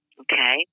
Okay